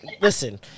listen